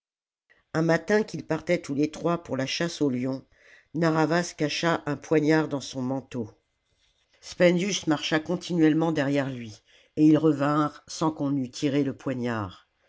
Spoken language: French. un matin qu'ils partaient tous les trois pour la chasse au lion narr'havas cacha un poignard dans son manteau spendius marcha continuellement derrière lui et ils revinrent sans qu'on eût tiré le poignard